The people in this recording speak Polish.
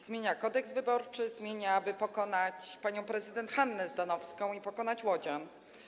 Zmienia Kodeks wyborczy, aby pokonać panią prezydent Hannę Zdanowską i pokonać łodzian.